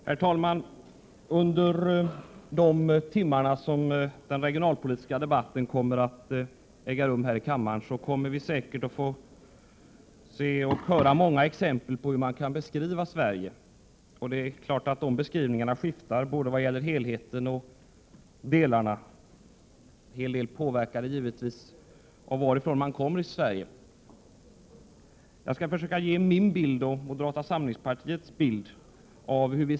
Herr talman! Under de timmar som den regionalpolitiska debatten kommer att äga rum här i kammaren lär vi säkert få många exempel på hur man kan beskriva Sverige. Det är klart att dessa beskrivningar kommer att vara skiftande, både vad gäller helheten och delarna. En hel del av dem är givetvis präglade av varifrån i Sverige man kommer. Jag skall ge en bild av hur jag och moderata samlingspartiet uppfattar helheten.